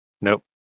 Nope